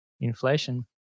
inflation